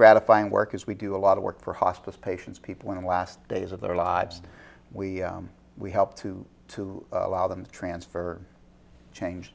gratifying work is we do a lot of work for hospice patients people in the last days of their lives we we helped to to allow them to transfer change